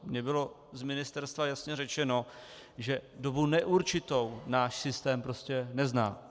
Bylo mi z ministerstva jasně řečeno, že dobu neurčitou náš systém prostě nezná.